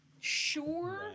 sure